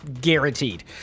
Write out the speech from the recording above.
guaranteed